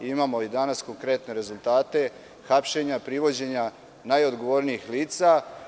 Imamo i danas konkretne rezultate, hapšenja, privođenja najodgovornijih lica.